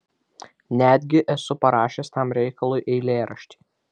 netgi esu parašęs tam reikalui eilėraštį